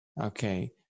Okay